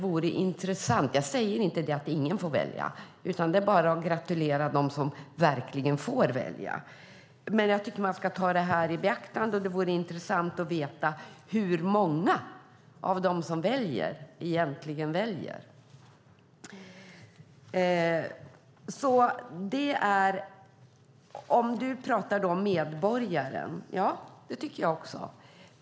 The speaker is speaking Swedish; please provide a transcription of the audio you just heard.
Jag säger inte att ingen får välja, utan det är bara att gratulera dem som verkligen får göra det. Det vore intressant att veta hur många av dem som väljer som egentligen väljer, på riktigt. Du pratar om medborgarens rätt till valfrihet, och det tycker jag också är viktigt.